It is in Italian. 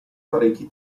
parecchi